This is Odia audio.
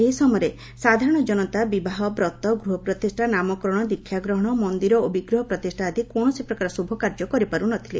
ଏହି ସମୟରେ ସାଧାରଣ ଜନତା ବିବାହ ବ୍ରତ ଗୃହପ୍ରତିଷ୍ଷା ନାମକରଶ ଦୀକ୍ଷାଗ୍ରହଶ ମନ୍ଦିର ଓ ବିଗ୍ରହ ପ୍ରତିଷ୍ଷା ଆଦି କୌଣସି ପ୍ରକାର ଶୁଭକାର୍ଯ୍ୟ କରିପାରୁନଥିଲେ